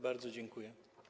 Bardzo dziękuję.